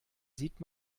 sieht